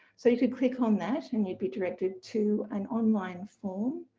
so you can click on that and you'd be directed to an online form,